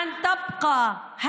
אשר רצה להשאיר את